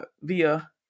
via